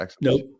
nope